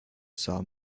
saw